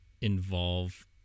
involve